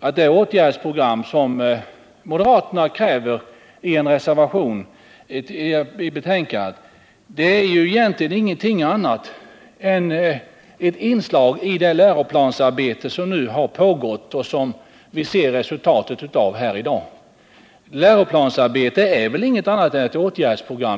att det åtgärdsprogram som moderaterna kräver i en reservation till betänkandet egentligen inte är något annat än ett inslag i det läroplansarbete som har pågått och som vi i dag ser resultatet av.